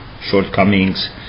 shortcomings